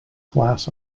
class